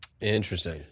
Interesting